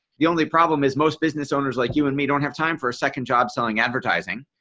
the only problem is most business owners like you and me don't have time for a second job selling advertising.